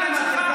אני למדתי המון.